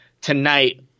tonight